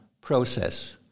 process